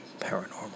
paranormal